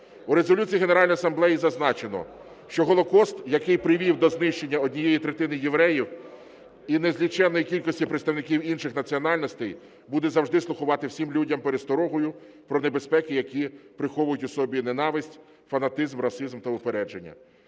У Резолюції Генеральної Асамблеї зазначено, що Голокост, який привів до знищення однієї третини євреїв і незліченної кількості представників інших національностей, буде завжди слугувати всім людям пересторогою про небезпеки, які приховують у собі ненависть, фанатизм, расизм та упередження.